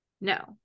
No